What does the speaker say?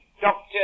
Doctor